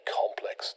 complex